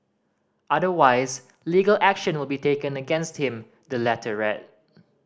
otherwise legal action will be taken against him the letter read